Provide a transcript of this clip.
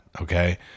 okay